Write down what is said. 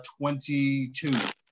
22